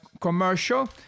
commercial